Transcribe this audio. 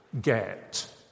get